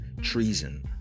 Treason